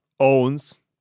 owns